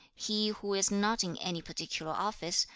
he who is not in any particular office,